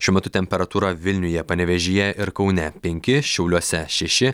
šiuo metu temperatūra vilniuje panevėžyje ir kaune penki šiauliuose šeši